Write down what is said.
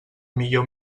millor